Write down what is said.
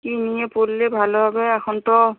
কী নিয়ে পড়লে ভালো হবে এখন তো